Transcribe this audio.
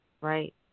Right